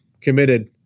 committed